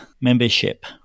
membership